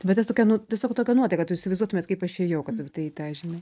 vat tas tokia nu tiesiog tokia nuotaika kad įsivaizduotumėt kaip aš ėjau kad tai tą žinai